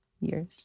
years